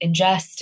ingest